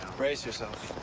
brace yourself.